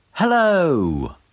Hello